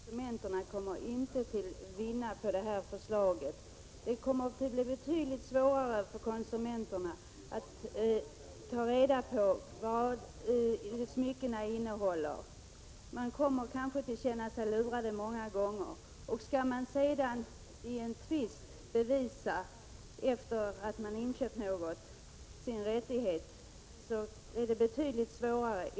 Herr talman! Jag hävdar fortfarande att konsumenterna inte kommer att vinna på den föreslagna lagändringen. Det kommer att bli betydligt svårare än nu för konsumenterna att ta reda på vad smyckena innehåller. De kommer kanske att många gånger känna sig lurade. Skall de sedan i en tvist bevisa att något de köpt är felaktigt blir det betydligt svårare än nu.